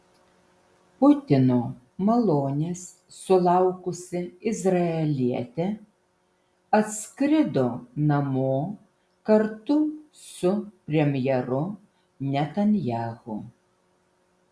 putino malonės sulaukusi izraelietė atskrido namo kartu su premjeru netanyahu